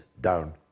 down